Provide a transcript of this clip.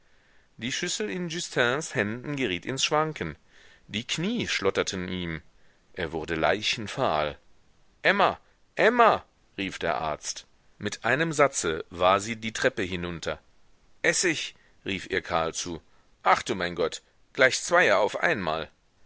die schüssel in justins händen geriet ins schwanken die knie schlotterten ihm er wurde leichenfahl emma emma rief der arzt mit einem satze war sie die treppe hinunter essig rief ihr karl zu ach du mein gott gleich zweie auf einmal